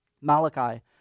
Malachi